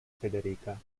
federica